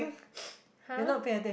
!huh!